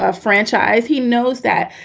ah franchise. he knows that.